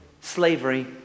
slavery